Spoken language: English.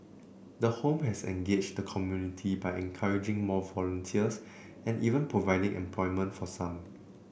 the home has engaged the community by encouraging more volunteers and even providing employment for some